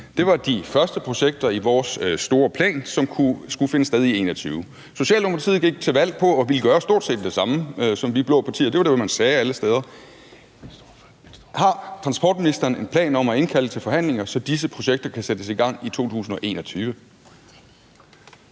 Det var de første projekter i vores store plan, som skulle finde sted i 2021. Socialdemokratiet gik til valg på at ville gøre stort set det samme som vi blå partier, for det var det, man sagde alle steder. Har transportministeren en plan om at indkalde til forhandlinger, så disse projekter kan sættes i gang i 2021?